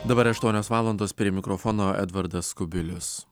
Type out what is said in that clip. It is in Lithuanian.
dabar aštuonios valandos prie mikrofono edvardas kubilius